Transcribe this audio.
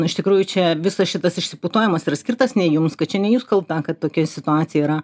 iš tikrųjų čia visas šitas išsiputojimas yra skirtas ne jums kad čia ne jūs kalta kad tokia situacija yra